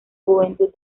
juventud